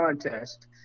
contest